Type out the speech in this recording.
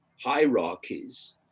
hierarchies